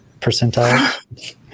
percentile